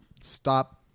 Stop